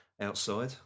outside